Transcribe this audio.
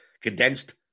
Condensed